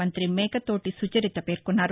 మంతి మేకతోటి సుచరిత పేర్కొన్నారు